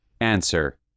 Answer